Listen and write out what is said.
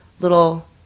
little